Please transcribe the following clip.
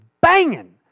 banging